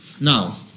Now